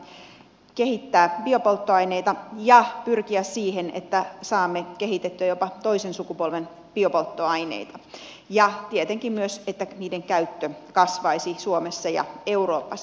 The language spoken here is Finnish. on siis hyvä asia kehittää biopolttoaineita ja pyrkiä siihen että saamme kehitettyä jopa toisen sukupolven biopolttoaineita ja tietenkin myös siihen että niiden käyttö kasvaisi suomessa ja euroopassa